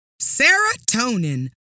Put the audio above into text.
Serotonin